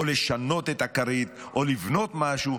או לשנות את הכרית או לבנות משהו.